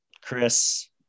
Chris